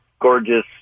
gorgeous